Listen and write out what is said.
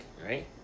right